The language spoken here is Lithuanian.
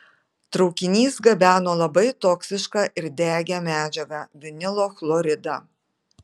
traukinys gabeno labai toksišką ir degią medžiagą vinilo chloridą